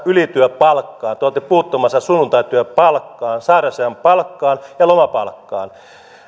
ylityöpalkkaan te olette puuttumassa sunnuntaityöpalkkaan sairausajan palkkaan ja lomapalkkaan